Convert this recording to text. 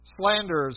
Slanders